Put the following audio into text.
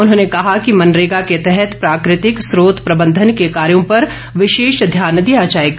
उन्होंने कहा कि मनरेगा के तहत प्राकृतिक स्रोत प्रबंधन के कार्यों पर विशेष ध्यान दिया जाएगा